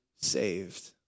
saved